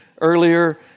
earlier